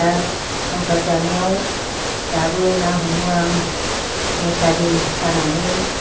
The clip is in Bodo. दा संसार जानायाव दाबो ना हमो आं मुसारि सानानै